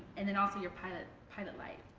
and then also your pilot pilot light.